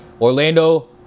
Orlando